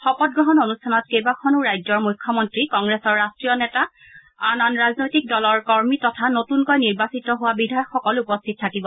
শপত গ্ৰহণ অনুষ্ঠানত কেইবাখনো ৰাজ্যৰ মুখ্যমন্তী কংগ্ৰেছৰ ৰাষ্টীয় নেতা আন আন ৰাজনৈতিক দলৰ কৰ্মী তথা নতুন কৈ নিৰ্বাচিত হোৱা বিধায়কসকল উপস্থিত থাকিব